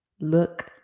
look